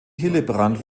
hillebrand